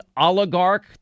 oligarch